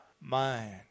mind